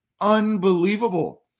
unbelievable